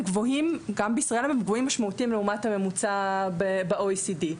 גבוהים משמעותית לעומת הממוצע ב-OECD.